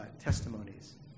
testimonies